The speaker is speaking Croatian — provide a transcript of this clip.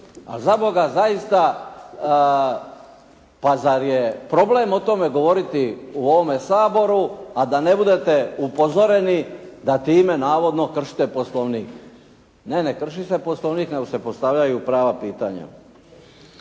zaboga zaista pa zar je problem o tome govoriti u ovome Saboru, a da ne budete upozoreni da time navodno kršite Poslovnik. Ne, ne krši se Poslovnik, nego se postavljaju prava putanja.